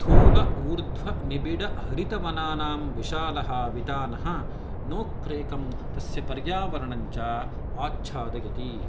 स्थूल ऊर्ध्व निबिडहरितवनानां विशालः वितानः नोक्रेकं तस्य पर्यावरणं च आच्छादयति